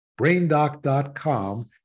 braindoc.com